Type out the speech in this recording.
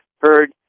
heard